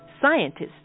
scientists